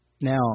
now